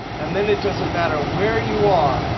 and then it doesn't matter where you are.